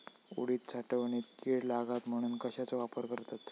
उडीद साठवणीत कीड लागात म्हणून कश्याचो वापर करतत?